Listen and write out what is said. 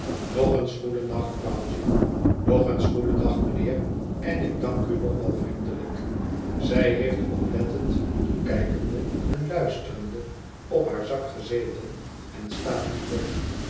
nog eens goedendag vrouwtje nog eens goedendag mijnheer en ik danku nog wel vriendelijk zij heeft oplettend toekijkende en luisterende op haar zak gezeten en staat nu op